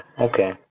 Okay